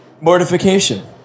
Mortification